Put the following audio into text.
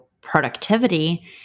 productivity